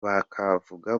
bakavuga